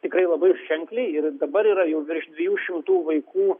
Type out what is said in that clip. tikrai labai ženkliai ir dabar yra jau virš dviejų šimtų vaikų